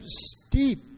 steep